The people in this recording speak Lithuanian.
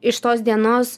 iš tos dienos